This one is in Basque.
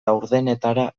laurdenetara